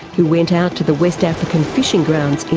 who went out to the west african fishing grounds in